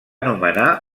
nomenar